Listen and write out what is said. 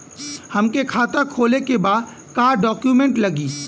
हमके खाता खोले के बा का डॉक्यूमेंट लगी?